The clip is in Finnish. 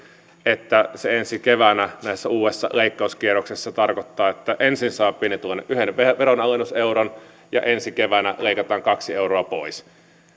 että ensi keväänä uudessa leikkauskierroksessa se tarkoittaa että ensin pienituloinen saa yhden veronalennuseuron ja ensi keväänä leikataan kaksi euroa pois